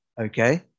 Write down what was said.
Okay